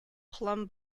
plum